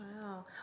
Wow